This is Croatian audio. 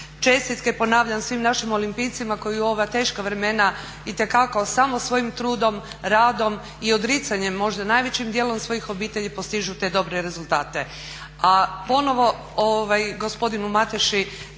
Čestitke, ponavljam, svim našim olimpijcima koji u ova teška vremena itekako samo svojim trudom, radom i odricanjem možda najvećim dijelom svojih obitelji postižu te dobre rezultate.